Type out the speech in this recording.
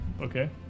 Okay